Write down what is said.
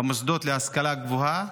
במוסדות להשכלה גבוהה,